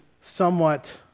somewhat